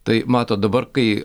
tai matot dabar kai